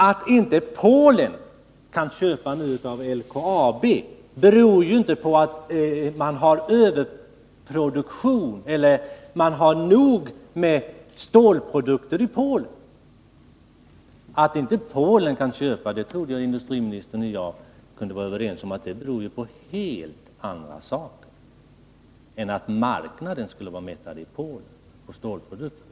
Att Polen inte kan köpa av LKAB beror ju inte på att man i Polen har överproduktion eller tillräckligt mycket av stålprodukter. Jag trodde att industriministern och jag var överens om att detta beror på en helt annan sak än att marknaden för stålprodukter skulle vara mättad i Polen.